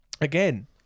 again